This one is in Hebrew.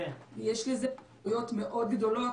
יש לזה השפעות מאוד גדולות,